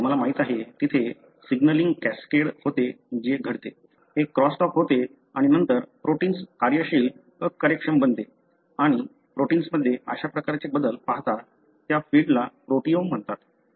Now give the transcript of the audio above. तुम्हाला माहिती आहे तेथे सिग्नलिंग कॅस्केड होते जे घडते एक क्रॉस टॉक होते आणि नंतर प्रोटिन्स कार्यशील अकार्यक्षम बनते आणि प्रोटिन्समध्ये अशा प्रकारचे बदल पाहता त्या फील्डला प्रोटीओम म्हणतात